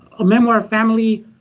a memoir, family,